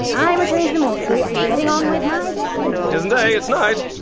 i'm returning to the mortuary and getting on with my day. it isn't day, it's night.